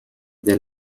der